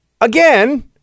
again